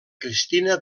cristina